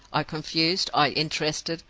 i confused, i interested,